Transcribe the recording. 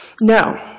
No